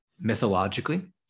mythologically